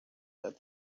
that